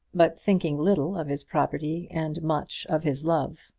but thinking little of his property and much of his love.